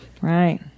Right